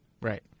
right